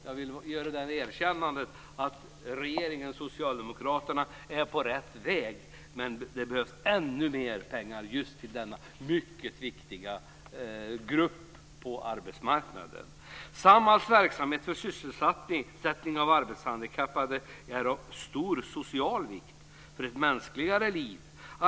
Jag vill göra det erkännandet att regeringen och socialdemokraterna är på rätt väg, men det behövs ännu mer pengar just till denna mycket viktiga grupp på arbetsmarknaden. Samhalls verksamhet för sysselsättning av arbetshandikappade är av stor social vikt för ett mänskligare liv.